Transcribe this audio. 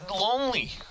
lonely